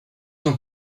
ans